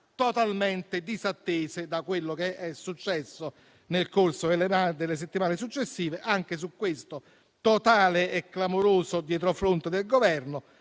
totalmente disattese da quello che è successo nel corso delle settimane successive. Anche su questo, totale e clamoroso dietrofront del Governo.